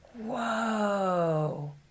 Whoa